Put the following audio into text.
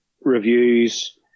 reviews